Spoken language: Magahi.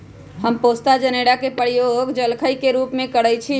हम पोस्ता जनेरा के प्रयोग जलखइ के रूप में करइछि